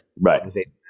right